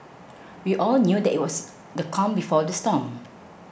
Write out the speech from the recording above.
we all knew that it was the calm before the storm